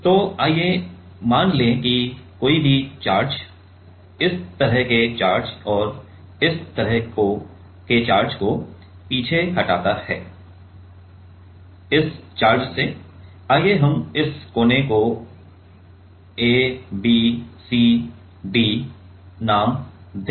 तो आइए मान लें कि कोई भी चार्ज इस तरह के चार्ज और इस चार्ज को पीछे हटाता है इस चार्ज से आइए हम इस कोने को A B C D नाम दें